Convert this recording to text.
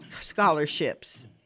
scholarships